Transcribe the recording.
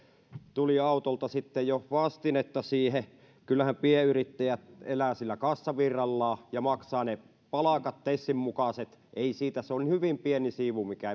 tuli autolta vastinetta siihen kyllähän pienyrittäjät elävät sillä kassavirralla ja maksavat ne tesin mukaiset palkat se on hyvin pieni siivu mikä